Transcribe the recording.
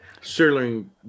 Sterling